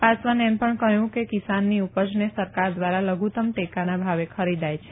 પાસવાને એમ પણ કહયું કે કિસાનની ઉપજને સરકાર દ્વારા લઘુત્તમ ટેકાના ભાવે ખરીદાય છે